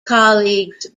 colleagues